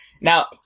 Now